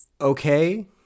okay